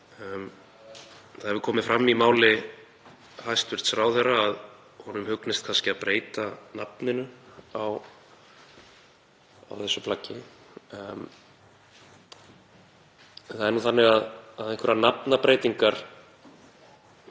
Það hefur komið fram í máli hæstv. ráðherra að honum hugnist kannski að breyta nafninu á þessu plaggi en það er nú þannig að einhverjar nafnabreytingar